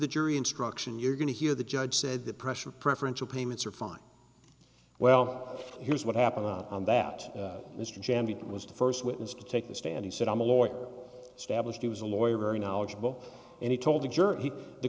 the jury instruction you're going to hear the judge said the pressure preferential payments are fine well here's what happened on that mr jan beat was the first witness to take the stand he said i'm a lawyer stablished he was a lawyer very knowledgeable and he told the jury he